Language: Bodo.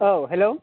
औ हेलौ